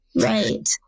Right